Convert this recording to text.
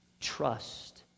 Trust